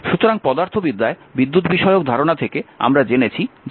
সুতরাং পদার্থবিদ্যায় বিদ্যুৎ বিষয়ক ধারণা থেকে আমরা জেনেছি যে R l A